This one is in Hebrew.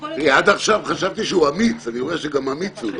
עד עכשיו חשבתי שהוא אמיץ אבל אני רואה שהוא גם לא אמיץ.